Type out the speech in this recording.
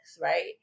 right